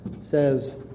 says